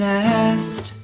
Nest